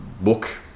book